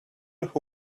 who